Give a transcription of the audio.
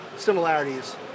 similarities